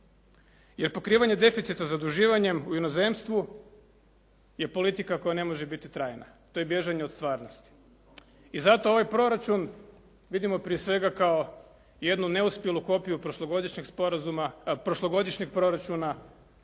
Jer pokrivanje deficita zaduživanjem u inozemstvu je politika koja ne može biti trajna. To je bježanje od stvarnosti. I zato ovaj proračun vidimo prije svega kao jednu neuspjelu kopiju prošlogodišnjeg proračuna